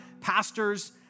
pastors